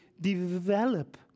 develop